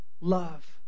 love